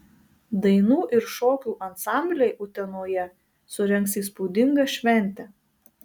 dainų ir šokių ansambliai utenoje surengs įspūdingą šventę